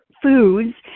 foods